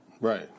Right